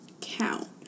count